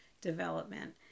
development